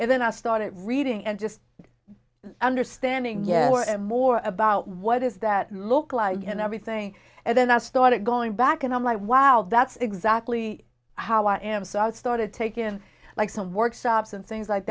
and then i started reading and just understanding yeah more and more about what is that look like and everything and then as thought it going back and i'm like wow that's exactly how i am so i started taking like some workshops and things like